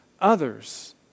others